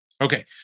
Okay